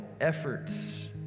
efforts